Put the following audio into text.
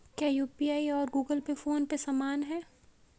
क्या यू.पी.आई और Google Pay PhonePe समान हैं?